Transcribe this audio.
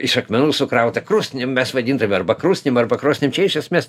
iš akmenų sukrautą krosnį mes vadintume arba krūsnim arba krosnim čia iš esmės